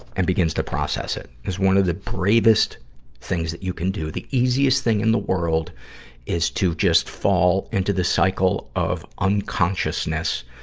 and begins to process it. because one of the bravest things that you can do the easiest thing in the world is to just fall into the cycle of unconsciousness,